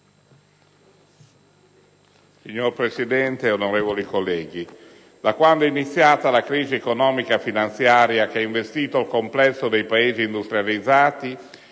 Signor Presidente, onorevoli colleghi, da quando è iniziata la crisi economico-finanziaria, che ha investito il complesso dei Paesi industrializzati,